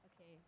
Okay